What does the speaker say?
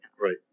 right